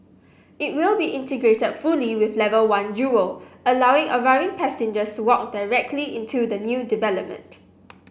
it will be integrated fully with level one of Jewel allowing arriving passengers to walk directly into the new development